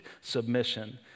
submission